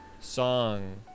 song